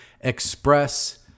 express